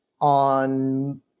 on